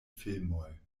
filmoj